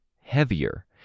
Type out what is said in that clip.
heavier